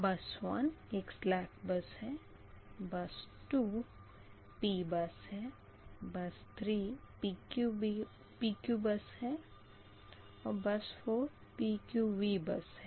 बस 1 एक सलेक बस है बस 2 P बस है बस 3 PQ बस है और बस 4 PQV बस है